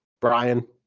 Brian